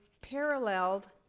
paralleled